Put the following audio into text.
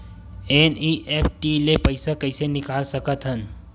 NEFT ले पईसा कइसे निकाल सकत हन?